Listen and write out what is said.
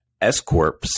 S-Corps